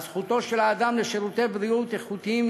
זכותו של האדם לשירותי בריאות איכותיים,